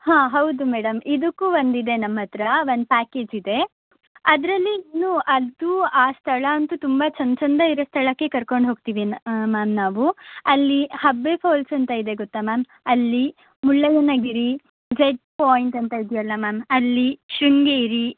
ಹಾಂ ಹೌದು ಮೇಡಮ್ ಇದಕ್ಕೂ ಒಂದಿದೆ ನಮ್ಮ ಹತ್ರ ಒಂದು ಪ್ಯಾಕೇಜ್ ಇದೆ ಅದರಲ್ಲಿ ನೀವು ಅದು ಆ ಸ್ಥಳ ಅಂತೂ ತುಂಬ ಚೆಂದ ಚೆಂದ ಇರೋ ಸ್ಥಳಕ್ಕೇ ಕರ್ಕೊಂಡು ಹೋಗ್ತೀವಿ ಮ್ಯಾಮ್ ನಾವು ಅಲ್ಲಿ ಹೆಬ್ಬೆ ಫಾಲ್ಸ್ ಅಂತ ಇದೆ ಗೊತ್ತಾ ಮ್ಯಾಮ್ ಅಲ್ಲಿ ಮುಳ್ಳಯ್ಯನಗಿರಿ ಜೆಡ್ ಪಾಯಿಂಟ್ ಅಂತ ಇದೆಯಲ್ಲ ಮ್ಯಾಮ್ ಅಲ್ಲಿ ಶೃಂಗೇರಿ